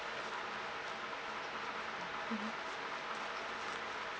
mmhmm